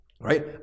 Right